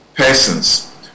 Persons